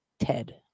Ted